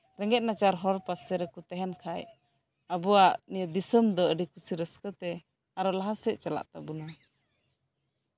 ᱨᱮᱸᱜᱮᱪ ᱱᱟᱪᱟᱨ ᱦᱚᱲ ᱯᱟᱥᱮ ᱨᱮᱠᱚ ᱛᱟᱸᱦᱮᱱ ᱠᱷᱟᱡ ᱟᱵᱚᱣᱟᱜ ᱱᱤᱭᱟᱹ ᱫᱤᱥᱚᱢ ᱫᱚ ᱠᱩᱥᱤ ᱨᱟᱹᱥᱠᱟᱹᱛᱮ ᱟᱨᱦᱚᱸ ᱞᱟᱦᱟᱥᱮᱫ ᱪᱟᱞᱟᱜ ᱛᱟᱵᱳᱱᱟ